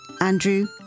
Andrew